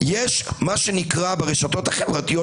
יש מה שנקרא ברשתות החברתיות,